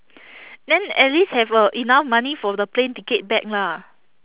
then at least have uh enough money for the plane ticket back lah